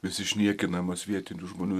vis išniekinamas vietinių žmonių